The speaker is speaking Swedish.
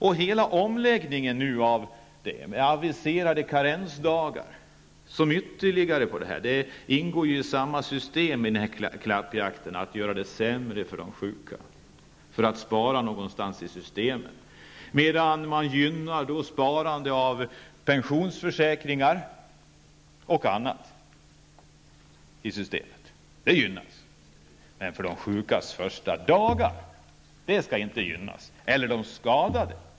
Hela denna omläggning, med de avviserade karensdagarna, ingår i samma system i klappjakten på att göra det sämre för de sjuka för att spara någonstans i systemet, medan man gynnar sparande i pensionsförsäkringar och annat. Men man vill inte gynna dem som är sjuka eller de skadade.